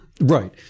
Right